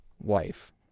wife